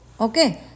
okay